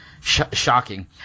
shocking